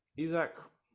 Isaac